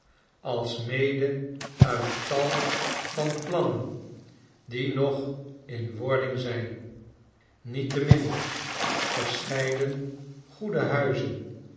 alsmede uit tal van plannendie nog in wording zijn niettemin verscheiden goede huizen